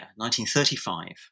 1935